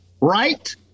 Right